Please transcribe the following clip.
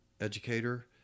educator